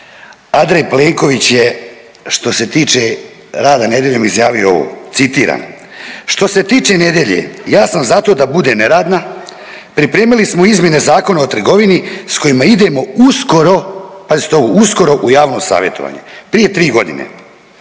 Andrej Plenković je što se tiče rada nedjeljom izjavio ovo, citiram „Što se tiče nedelje ja sam za to da bude neradna, pripremili smo izmjene Zakona o trgovini s kojima idemo uskoro“, pazite ovo „uskoro u javno savjetovanje“ prije tri godine.